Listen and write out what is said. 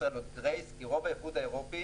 ישראל עוד grace כי רוב האיחוד האירופי,